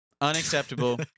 Unacceptable